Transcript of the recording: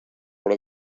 però